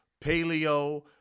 paleo